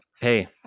Hey